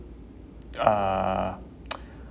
uh